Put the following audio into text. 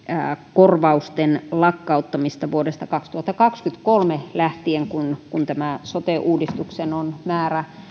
korvausten lakkauttamista vuodesta kaksituhattakaksikymmentäkolme lähtien kun kun sote uudistuksen on määrä